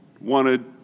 wanted